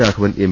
Raghavan M